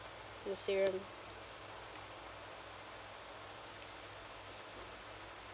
in serum